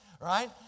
right